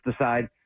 decide